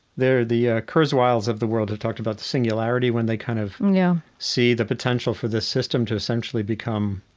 there are the ah kurzweils of the world. i talked about the singularity when they kind of you know see the potential for this system to essentially become